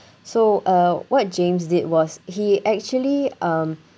so uh what james did was he actually um